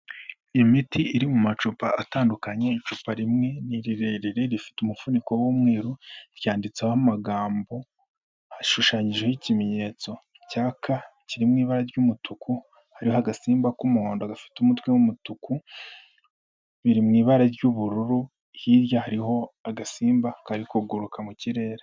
Imiti iri mu macupa atandukanye. Icupa rimwe ni rirerire rifite umufuniko w'umweru, ryanditseho amagambo ashushanyijeho ikimenyetso cya K kiri mu ibara ry'umutuku. Hariho agasimba k'umuhondo gafite umutwe w'umutuku. Biri mu ibara ry'ubururu. Hirya hariho agasimba karikuguruka mu kirere.